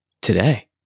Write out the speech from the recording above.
today